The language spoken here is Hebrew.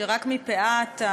שרק מפאת,